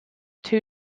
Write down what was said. two